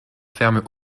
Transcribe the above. fermes